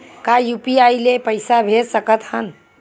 का यू.पी.आई ले पईसा भेज सकत हन?